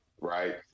Right